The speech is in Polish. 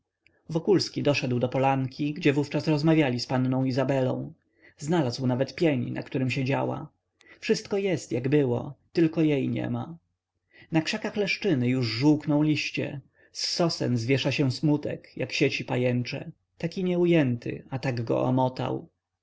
wokulski doszedł do polanki gdzie wówczas rozmawiali z panną izabelą znalazł nawet pień na którym siedziała wszystko jest jak było tylko jej niema na krzakach leszczyny już żółkną liście z sosen zwiesza się smutek jak sieci pajęcze taki nieujęty a tak go omotał